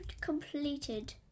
completed